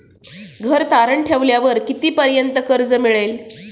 घर तारण ठेवल्यावर कितीपर्यंत कर्ज मिळेल?